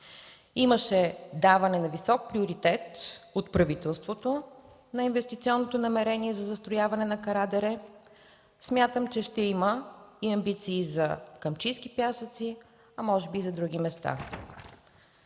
имаше даване на висок приоритет от правителството на инвестиционното намерение за застрояване на Кара дере. Смятам, че ще има и амбиции за Камчийски пясъци, а може би и за други места.